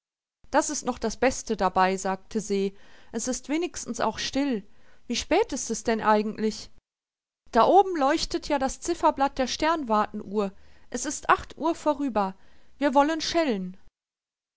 das ist noch das beste dabei sagte se es ist wenigstens auch still wie spät ist es denn eigentlich da oben leuchtet ja das zifferblatt der sternwartenuhr es ist acht uhr vorüber wir wollen schellen